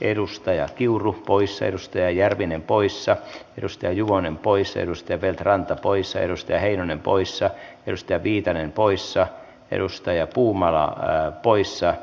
edustaja kiuru pois edustaja järvinen poissa edustaja juvonen pois ennusteiden ranta pois edustaja heinonen poissa ylistää viitanen poissa edustaja arvoisa herra puhemies